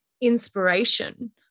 inspiration